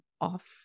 off